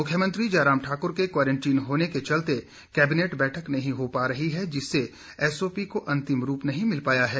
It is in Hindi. मुख्यमंत्री जयराम ठाक्र के क्वारंटीन होने के चलते केबिनेट बैठक नहीं हो पा रही है जिससे एसओपी को अंतिम रूप नहीं मिल पाया है